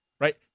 right